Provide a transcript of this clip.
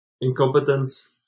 incompetence